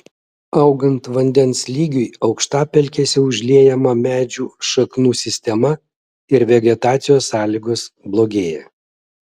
augant vandens lygiui aukštapelkėse užliejama medžių šaknų sistema ir vegetacijos sąlygos blogėja